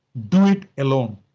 do it alone.